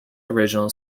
original